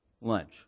lunch